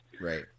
Right